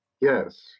Yes